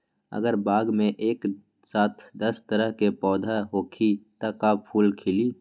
अगर बाग मे एक साथ दस तरह के पौधा होखि त का फुल खिली?